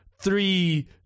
three